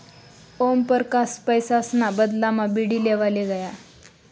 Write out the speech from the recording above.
ओमपरकास पैसासना बदलामा बीडी लेवाले गया